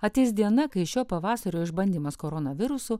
ateis diena kai šio pavasario išbandymas koronavirusu